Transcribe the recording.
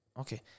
Okay